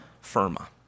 firma